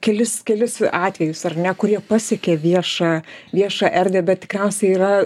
kelis kelis atvejus ar ne kurie pasiekė viešą viešą erdvę bet tikriausiai yra